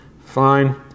fine